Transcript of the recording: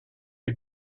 you